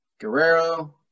Guerrero